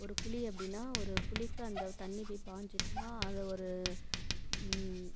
ஒரு குழி அப்படின்னா ஒரு குழிக்கு அந்த தண்ணி போய் பாய்ஞ்சிச்சின்னா அதை ஒரு